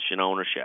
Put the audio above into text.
ownership